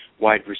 wide